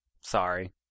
Sorry